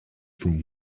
from